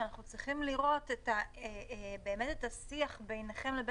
שאנחנו צריכים לראות את השיח בינכם לבין